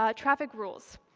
ah traffic rules.